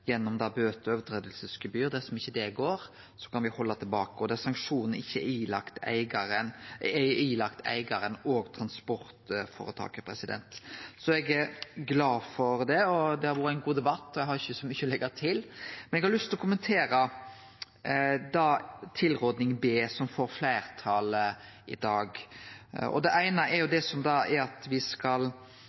gjennom bøter og gebyr for brot. Dersom ikkje det går, kan me halde tilbake der sanksjon er pålagd eigaren og transportføretaket. Eg er glad for det. Det har vore ein god debatt. Eg har ikkje så mykje å leggje til. Eg har lyst til å kommentere tilrådingas punkt B, som får fleirtal i dag. Det eine er det med at me skal førebu og fremje forslag om avgrensing av utanlandsk lastebiltransport i Noreg, i tråd med vedtak frå behandlinga av EUs mobilitetspakke. Me veit jo at